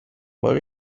باری